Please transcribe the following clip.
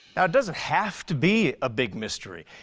now it doesn't have to be a big mystery.